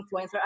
influencer